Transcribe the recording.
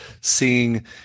seeing